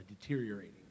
deteriorating